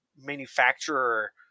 manufacturer